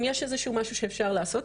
אם יש איזשהו משהו שאפשר לעשות,